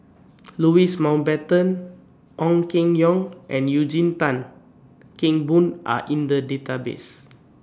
Louis Mountbatten Ong Keng Yong and Eugene Tan Kheng Boon Are in The Database